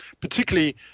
particularly